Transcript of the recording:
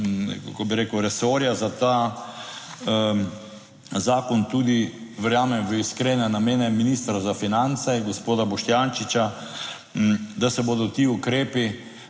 resorja za ta zakon, tudi verjamem v iskrene namene ministra za finance, gospoda Boštjančiča, da se bodo ti ukrepi